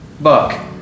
Buck